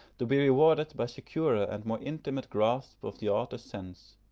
to be rewarded by securer and more intimate grasp of the author's sense.